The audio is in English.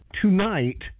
tonight